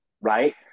right